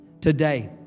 today